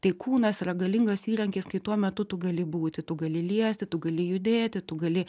tai kūnas yra galingas įrankis kai tuo metu tu gali būti tu gali liesti tu gali judėti tu gali